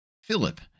Philip